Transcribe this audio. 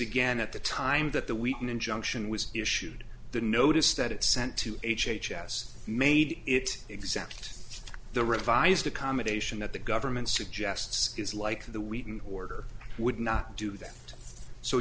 again at the time that the week an injunction was issued the notice that it sent to h h s made it exact the revised accommodation that the government suggests is like the wheaton order would not do that so